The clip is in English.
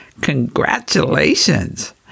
congratulations